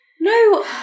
No